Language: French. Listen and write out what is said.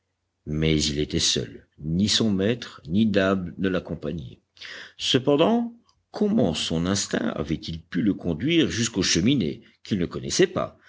mais il était seul ni son maître ni nab ne l'accompagnaient cependant comment son instinct avait-il pu le conduire jusqu'aux cheminées qu'il ne connaissait pas